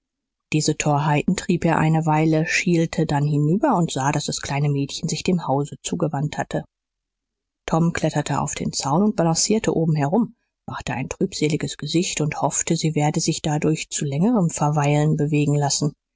diese torheiten trieb er eine weile schielte dann hinüber und sah daß das kleine mädchen sich dem hause zugewandt hatte tom kletterte auf den zaun und balancierte oben herum machte ein trübseliges gesicht und hoffte sie werde sich dadurch zu längerem verweilen bewegen lassen